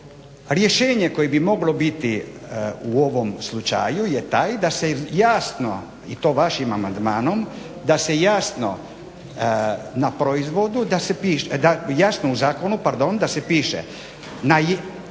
Rješenje koje bi moglo biti u ovom slučaju je taj da se jasno i to vašim amandmanom, da jasno u zakonu da se piše s